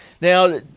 now